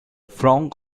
front